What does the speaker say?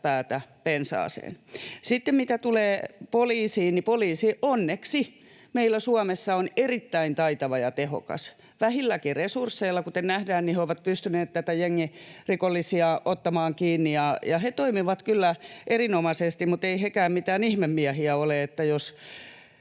päätä pensaaseen. Sitten mitä tulee poliisiin, niin poliisi onneksi meillä Suomessa on erittäin taitava ja tehokas. Vähilläkin resursseilla, kuten nähdään, he ovat pystyneet jengirikollisia ottamaan kiinni. He toimivat kyllä erinomaisesti, mutta eivät hekään mitään ihmemiehiä ole, eli jos